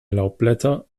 laubblätter